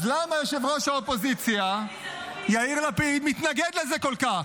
אז למה יושב-ראש האופוזיציה יאיר לפיד מתנגד לזה כל כך?